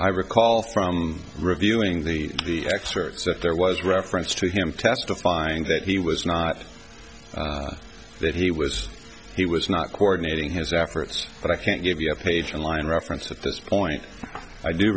i recall from reviewing the excerpts that there was reference to him testifying that he was not that he was he was not coronating his efforts but i can't give you a page and line reference at this point i do